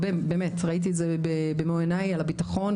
ראיתי את זה במו עיניי, על הביטחון.